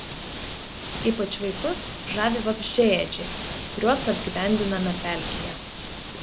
ypač vaikus žavi vabzdžiaėdžiai kuriuos apgyvendiname pelkėje